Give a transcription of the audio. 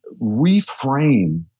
reframe